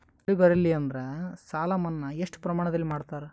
ಬೆಳಿ ಬರಲ್ಲಿ ಎಂದರ ಸಾಲ ಮನ್ನಾ ಎಷ್ಟು ಪ್ರಮಾಣದಲ್ಲಿ ಮಾಡತಾರ?